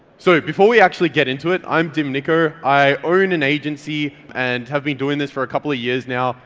so before we actually get into it, i'm dim niko. i own an agency and have been doing this for a couple of years now.